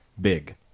big